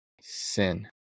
Sin